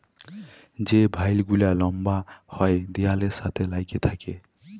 যে ভাইল গুলা লম্বা হ্যয় দিয়ালের সাথে ল্যাইগে থ্যাকে